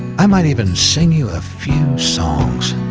i might even sing you a few songs